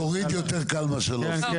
להוריד יותר קל מאשר להוסיף.